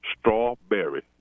Strawberry